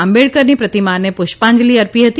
આંબેડકરની પ્રતિમાને પુષ્પાંજલી અર્પી હતી